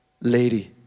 lady